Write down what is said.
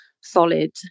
solid